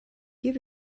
give